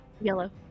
Yellow